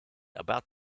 about